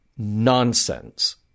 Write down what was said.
nonsense